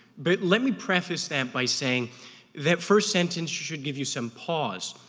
but let me preface that by saying that first sentence should give you some pause.